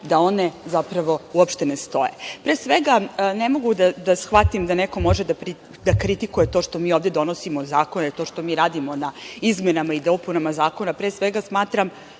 da one zapravo uopšte ne stoje. Pre svega, ne mogu da shvatim da neko može da kritikuje to što mi ovde donosimo zakone, to što mi radimo na izmenama i dopunama zakona, jer pre svega smatram